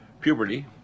puberty